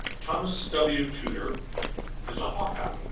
thomas w. tudor is a hawkeye.